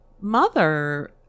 mother